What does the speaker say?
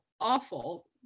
awful